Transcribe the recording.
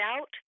out